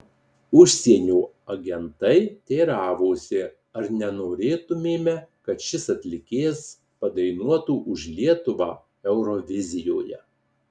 užsienio agentai teiravosi ar nenorėtumėme kad šis atlikėjas padainuotų už lietuvą eurovizijoje